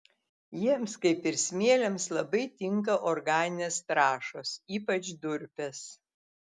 jiems kaip ir smėliams labai tinka organinės trąšos ypač durpės